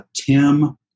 Tim